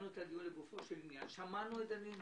לגופו של עניין - שמענו את דנינו,